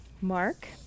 Mark